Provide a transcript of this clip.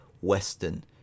Western